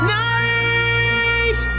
night